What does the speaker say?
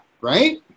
right